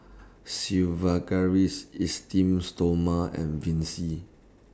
Sigvaris Esteem Stoma and Vichy